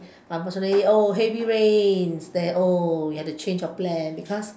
unfortunately oh heavy rains there oh you have to change your plan because